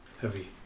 heavy